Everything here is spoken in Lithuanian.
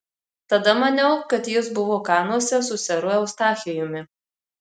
tada maniau kad jis buvo kanuose su seru eustachijumi